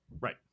right